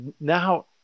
now